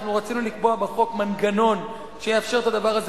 אנחנו רצינו לקבוע בחוק מנגנון שיאפשר את הדבר הזה